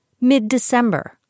mid-December